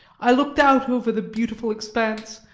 i looked out over the beautiful expanse,